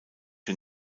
den